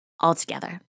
altogether